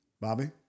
Bobby